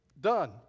done